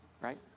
right